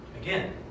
Again